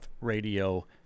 Radio